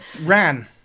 Ran